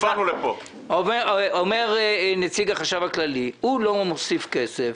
אומר נציג החשב הכללי דבר פשוט: הוא לא מוסיף כסף.